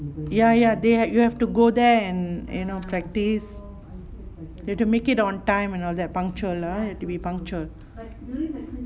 ya ya they you have to go there and you know practice you have to make it on time and all that puncture ah you have to be punctual